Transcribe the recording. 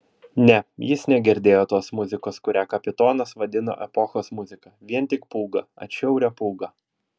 ne jis negirdėjo tos muzikos kurią kapitonas vadino epochos muzika vien tik pūgą atšiaurią pūgą